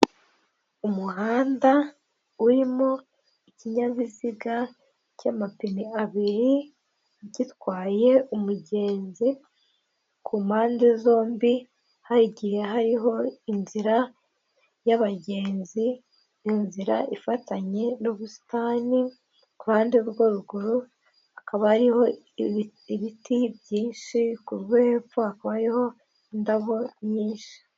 Umuhanda urimo ikinyabiziga cy'amapine abiri gitwaye umugenzi, ku mpande zombi hagiye hariho inzira y'abagenzi, inzira ifatanye n'ubusitani, ku ruhande rwo ruruguru hakaba ari ibiti byisi, kurwo hepfo hakaba hariho indabo nyinshi.